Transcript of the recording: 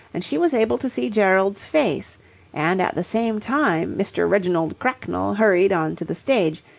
and she was able to see gerald's face and at the same time mr. reginald cracknell hurried on to the stage,